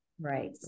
Right